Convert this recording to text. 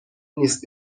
نیست